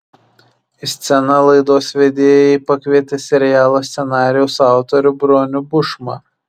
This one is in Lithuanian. į sceną laidos vedėjai pakvietė serialo scenarijaus autorių bronių bušmą